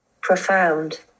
profound